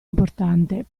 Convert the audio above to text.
importante